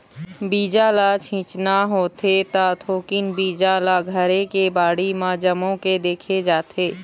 बीजा ल छिचना होथे त थोकिन बीजा ल घरे के बाड़ी म जमो के देखे जाथे